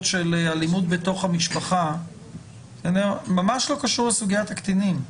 של אלימות בתוך המשפחה ממש לא קשור לסוגיית הקטינים.